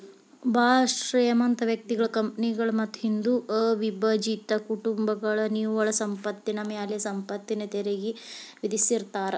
ಭಾಳ್ ಶ್ರೇಮಂತ ವ್ಯಕ್ತಿಗಳ ಕಂಪನಿಗಳ ಮತ್ತ ಹಿಂದೂ ಅವಿಭಜಿತ ಕುಟುಂಬಗಳ ನಿವ್ವಳ ಸಂಪತ್ತಿನ ಮ್ಯಾಲೆ ಸಂಪತ್ತಿನ ತೆರಿಗಿ ವಿಧಿಸ್ತಾರಾ